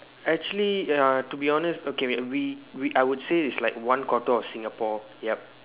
actually uh to be honest okay wait we we I would say is like one quarter of Singapore yup